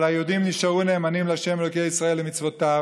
אבל היהודים נשארו נאמנים לה' אלוקי ישראל ולמצוותיו,